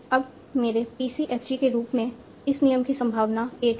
अब मेरे PCFG के रूप में इस नियम की संभावना एक है